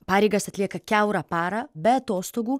pareigas atlieka kiaurą parą be atostogų